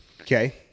Okay